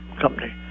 company